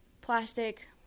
plastic